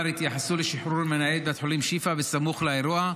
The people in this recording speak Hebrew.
התייחסו לשחרור מנהל בית חולים שיפא בסמוך לאירוע,